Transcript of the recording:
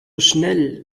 schnell